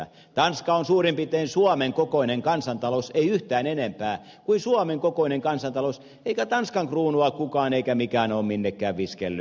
tanska on suurin piirtein suomen kokoinen kansantalous ei yhtään enempää kuin suomen kokoinen kansantalous eikä tanskan kruunua kukaan eikä mikään ole minnekään viskellyt